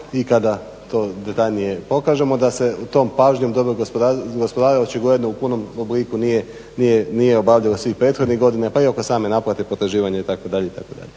i kada to detaljnije pokažemo da se tom pažnjom dobrog gospodara očigledno u punom obliku nije obavljao svih prethodnih godina pa i oko same naplate potraživanja itd.